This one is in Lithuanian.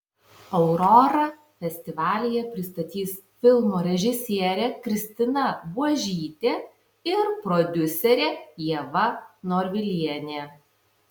aurorą festivalyje pristatys filmo režisierė kristina buožytė ir prodiuserė ieva norvilienė